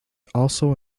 also